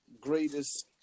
greatest